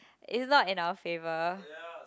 it's not in our favour